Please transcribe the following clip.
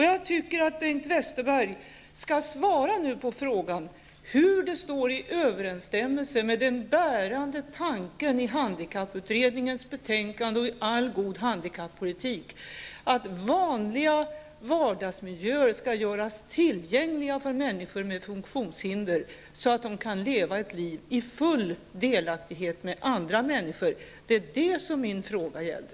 Jag tycker att Bengt Westerberg nu skall svara på frågan om hur denna nedrustning står i överensstämmelse med den bärande tanken i handikapputredningens betänkande och i all god handikappolitik, en tanke som innebär att vanliga vardagsmiljöer skall göras tillgängliga för människor med funktionshinder, så att de kan leva ett liv i full delaktighet tillsammans med andra människor. Det var vad min fråga gällde.